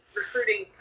recruiting